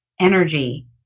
energy